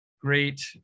great